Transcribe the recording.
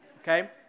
okay